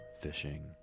fishing